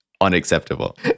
unacceptable